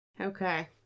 Okay